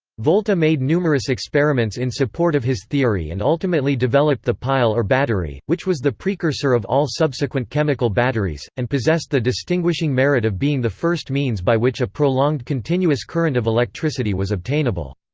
volta made numerous experiments in support of his theory and ultimately developed the pile or battery, which was the precursor of all subsequent chemical batteries, and possessed the distinguishing merit of being the first means by which a prolonged continuous current of electricity was obtainable.